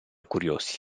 curiosi